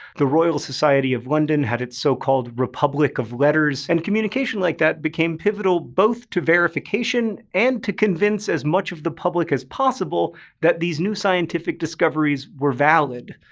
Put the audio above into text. the royal society of london had its so republic of letters. and communication like that became pivotal both to verification and to convince as much of the public as possible that these new scientific discoveries were valid.